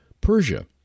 Persia